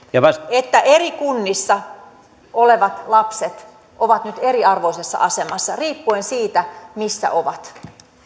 että eri kunnissa olevat lapset ovat nyt eriarvoisessa asemassa riippuen siitä missä ovat